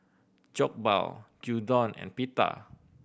Jokbal Gyudon and Pita